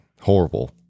horrible